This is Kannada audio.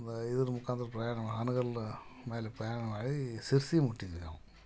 ಒಂದು ಇದ್ರ ಮುಖಾಂತರ ಪ್ರಯಾಣ ಹಾನಗಲ್ ಮೇಲೆ ಪ್ರಯಾಣ ಮಾಡಿ ಶಿರಸಿ ಮುಟ್ಟಿದ್ವಿ ನಾವು